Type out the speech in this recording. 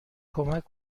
کمک